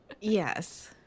Yes